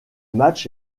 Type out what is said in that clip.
match